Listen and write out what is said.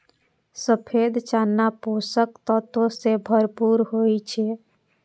सफेद चना पोषक तत्व सं भरपूर होइ छै